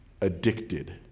addicted